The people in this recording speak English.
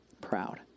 proud